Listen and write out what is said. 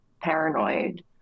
paranoid